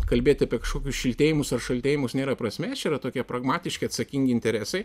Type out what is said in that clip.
kalbėti apie kažkokius šiltėjimus ar šaltėjimus nėra prasmės čia yra tokie pragmatiški atsakingi interesai